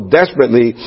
desperately